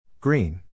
Green